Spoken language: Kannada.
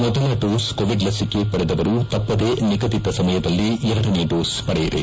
ಮೊದಲ ಡೋಸ್ ಕೋವಿಡ್ ಲಸಿಕೆ ಪಡೆದವರು ತಪ್ಪದೇ ನಿಗದಿತ ಸಮಯದಲ್ಲಿ ಎರಡನೇ ಡೋಸ್ ಪಡೆಯಿರಿ